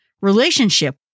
relationship